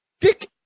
Dick